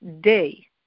day